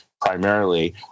primarily